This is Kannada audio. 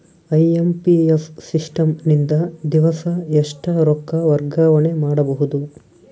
ಐ.ಎಂ.ಪಿ.ಎಸ್ ಸಿಸ್ಟಮ್ ನಿಂದ ದಿವಸಾ ಎಷ್ಟ ರೊಕ್ಕ ವರ್ಗಾವಣೆ ಮಾಡಬಹುದು?